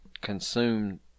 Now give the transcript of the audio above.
consumed